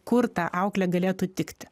kur ta auklė galėtų tikti